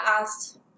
asked